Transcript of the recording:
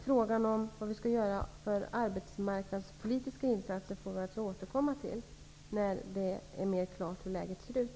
Frågan om vad regeringen skall göra för arbetsmarknadspolitiska insater får vi väl återkomma till när läget är mera klarlagt.